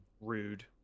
Rude